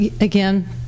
again